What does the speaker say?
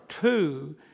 two